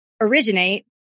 originate